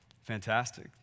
fantastic